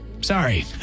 Sorry